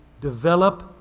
develop